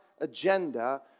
agenda